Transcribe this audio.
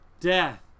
death